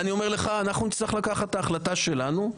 אני אומר לך שאנחנו נצטרך לקחת את ההחלטה שלנו.